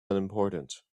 unimportant